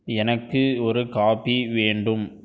எனக்கு ஒரு காபி வேண்டும்